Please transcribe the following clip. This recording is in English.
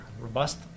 robust